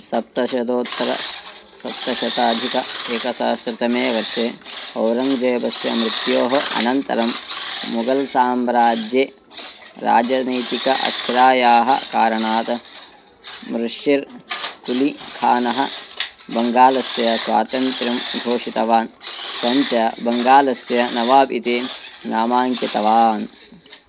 सप्तशतोत्तरसप्तशताधिक एकसहस्रतमे वर्षे औरङ्ग्जेबस्य मृत्योः अनन्तरं मुगल्साम्राज्ये राजनैतिक अस्थिरतायाः कारणात् मृशिर् कुलिखानः बङ्गालस्य स्वातन्त्र्यं घोषितवान् स्वञ्च बङ्गालस्य नवाब् इति नामाङ्कितवान्